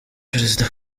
perezida